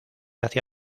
hacia